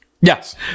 Yes